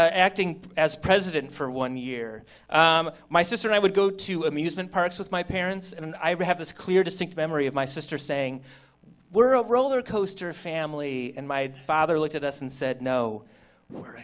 even acting as president for one year my sister and i would go to amusement parks with my parents and i are have this clear distinct memory of my sister saying we're a roller coaster family and my father looked at us and said no we're